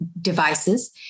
devices